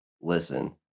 Listen